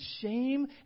shame